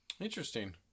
Interesting